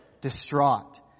distraught